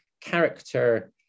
character